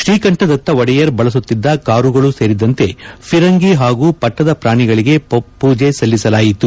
ಶ್ರೀಕಂಠದತ್ತ ಒಡೆಯರ್ ಬಳಸುತ್ತಿದ್ದ ಕಾರುಗಳು ಸೇರಿದಂತೆ ಫಿರಂಗಿ ಹಾಗೂ ಪಟ್ಟದ ಪ್ರಾಣಿಗಳಿಗೆ ಪೂಜೆ ಸಲ್ಲಿಸಲಾಯಿತು